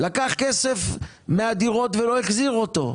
לקח כסף מהדירות ולא החזיר אותו.